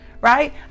right